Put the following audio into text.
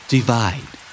Divide